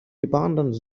abandons